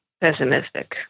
pessimistic